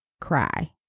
cry